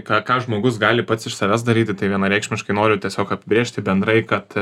ką ką žmogus gali pats iš savęs daryti tai vienareikšmiškai noriu tiesiog apibrėžti bendrai kad